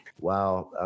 Wow